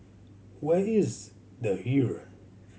where is The Heeren